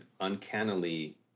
uncannily